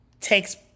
takes